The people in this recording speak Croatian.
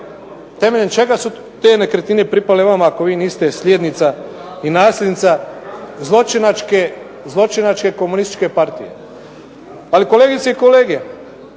Temeljem čega su te nekretnine pripale vama, ako vi niste sljednica i nasljednica zločinačke komunističke partije. Ali kolegice i kolege,